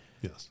Yes